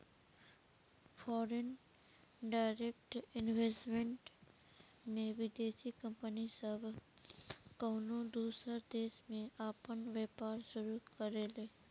foreign direct investment में विदेशी company सब कउनो दूसर देश में आपन व्यापार शुरू करेले